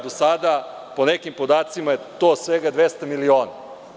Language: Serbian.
Do sada, po nekim podacima, to je svega 200 miliona.